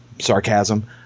sarcasm